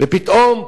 ופתאום פה,